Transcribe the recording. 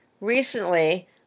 Recently